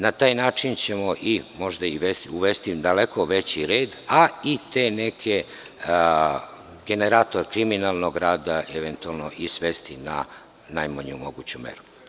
Na taj način ćemo možda uvesti daleko veći red, a i taj neki generator kriminalnog rada i svesti na najmanju moguću meru.